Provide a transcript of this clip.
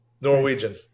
Norwegian